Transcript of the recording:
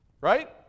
Right